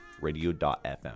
radio.fm